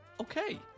Okay